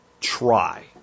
try